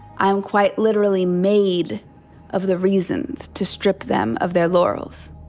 i am quite literally made of the reasons to strip them of their laurels.